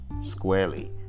squarely